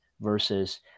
versus